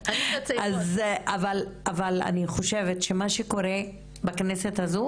אבל אני חושבת שמה שקורה בכנסת הזו,